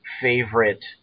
favorite